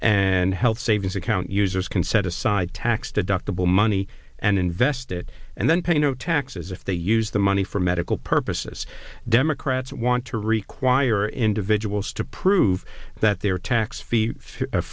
and health savings account users can set aside tax deductible money and invest it and then pay no taxes if they use the money for medical purposes democrats want to require individuals to prove that their tax fee